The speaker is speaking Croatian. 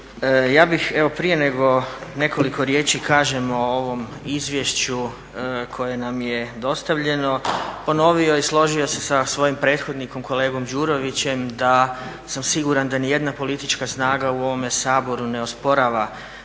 Ja bih, evo prije nego nekoliko riječi kažem o ovom izvješću koje nam je dostavljeno ponovio i složio se sa svojim prethodnikom kolegom Đurovićem da sam siguran da ni jedna politička snaga u ovome Saboru ne osporava